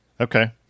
Okay